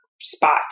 spots